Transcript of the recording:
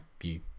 view